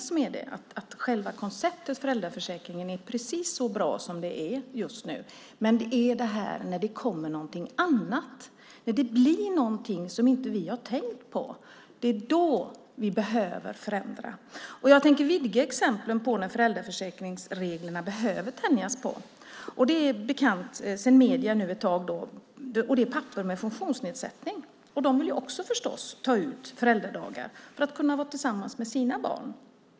Själva konceptet föräldraförsäkring är bra precis som det är just nu. Men det är när det kommer någonting annat, någonting som vi inte har tänkt på. Det är då vi behöver förändra. Jag tänker vidga exemplen på när föräldraförsäkringsreglerna behöver tänjas på. Det gäller pappor med funktionsnedsättning och är bekant från medierna sedan ett tag. Dessa pappor vill förstås också ta ut föräldradagar för att kunna vara tillsammans med sina barn.